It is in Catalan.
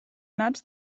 nats